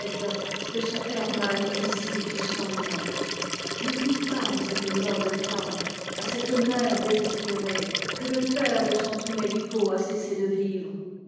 que son hërmàhn est ici tout sangtant ne dites pas à cette noble femme à cette mère sésespérée que le père de son thumeliko a cessé de vivre